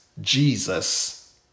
Jesus